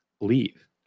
leave